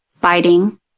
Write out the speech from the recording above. biting